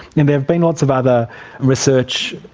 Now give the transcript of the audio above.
now, there have been lots of other research,